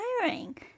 tiring